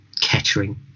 Kettering